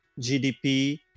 GDP